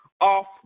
off